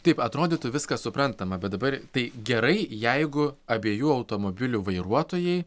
taip atrodytų viskas suprantama bet dabar tai gerai jeigu abiejų automobilių vairuotojai